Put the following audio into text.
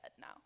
now